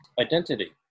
identity